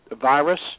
virus